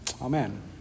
amen